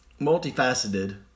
multifaceted